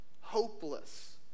hopeless